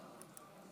להצבעה.